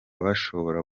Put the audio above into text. bashobora